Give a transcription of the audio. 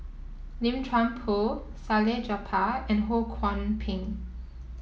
Lim Chuan Poh Salleh Japar and Ho Kwon Ping